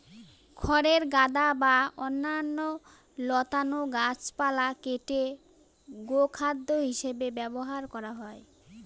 খড়ের গাদা বা অন্যান্য লতানো গাছপালা কেটে গোখাদ্য হিসাবে ব্যবহার করা হয়